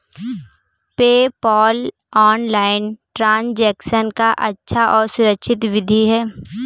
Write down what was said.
PayPal online transaction का अच्छा और सुरक्षित विधि है